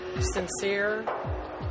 sincere